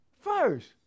First